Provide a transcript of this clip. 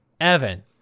Evan